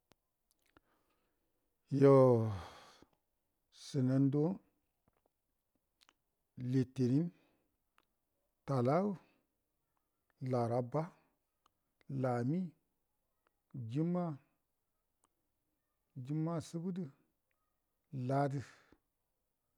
Yo sunaduwa litirin talagə laraba lami juma juma səbədə ladə